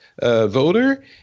voter